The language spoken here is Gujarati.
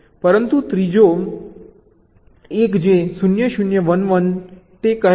પરંતુ ત્રીજો 1 જે 0 0 1 1 કહે છે